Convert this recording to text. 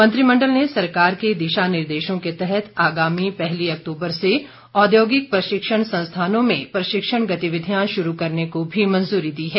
मंत्रिमंडल ने सरकार के दिशा निर्देशों के तहत आगामी पहली अक्तूबर से औद्योगिक प्रशिक्षण संस्थानों में प्रशिक्षण गतिविधियां शुरू करने को भी मंजूरी दी है